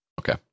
Okay